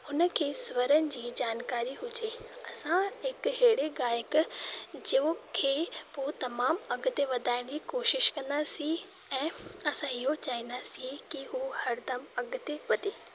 हुन खे स्वरनि जी जानकारी हुजे असां हिकु अहिड़े गायक जो खे पोइ तमामु अॻिते वधाइण जी कोशिशि कंदासीं ऐं असां इहो चाहींदासी की हू हरदमि अॻिते वधे